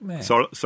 Sorry